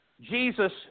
Jesus